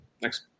next